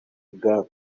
ubwandu